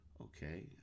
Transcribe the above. okay